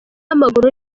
w’amaguru